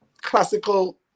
classical